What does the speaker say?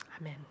Amen